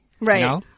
Right